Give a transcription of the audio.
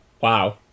Wow